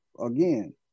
again